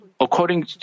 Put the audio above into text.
according